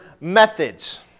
methods